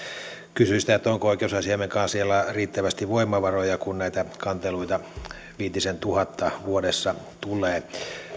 kysyi onko oikeusasiamiehen kanslialla riittävästi voimavaroja kun näitä kanteluita viitisentuhatta vuodessa tulee